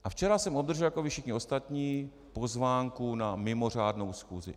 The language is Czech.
A včera jsem obdržel jako vy všichni ostatní pozvánku na mimořádnou schůzi.